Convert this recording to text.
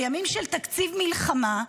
בימים של תקציב מלחמה,